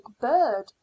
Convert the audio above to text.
bird